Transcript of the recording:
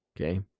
Okay